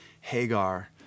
Hagar